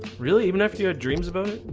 really even after you had dreams about it.